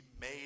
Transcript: made